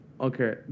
okay